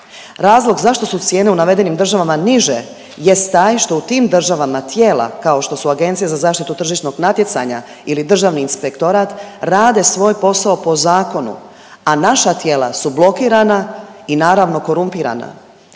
Razlog zašto su cijene u navedenim državama niže jest taj što u tim državama tijela kao što su Agencija za zaštitu tržišnog natjecanja ili Državni inspektorat rade svoj posao po zakonu, a naša tijela su blokirana i naravno korumpirana.